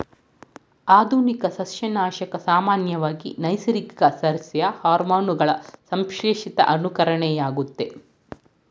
ಆಧುನಿಕ ಸಸ್ಯನಾಶಕ ಸಾಮಾನ್ಯವಾಗಿ ನೈಸರ್ಗಿಕ ಸಸ್ಯ ಹಾರ್ಮೋನುಗಳ ಸಂಶ್ಲೇಷಿತ ಅನುಕರಣೆಯಾಗಯ್ತೆ